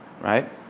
right